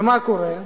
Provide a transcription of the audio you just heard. ומה קורה?